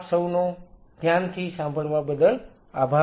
આપ સૌનો ધ્યાનથી સાંભળવા બદલ આભાર